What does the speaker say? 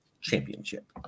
Championship